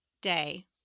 day